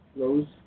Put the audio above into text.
Rose